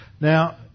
now